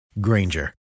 Granger